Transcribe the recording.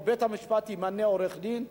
או בית-המשפט ימנה עורך-דין,